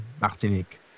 Martinique